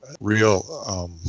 real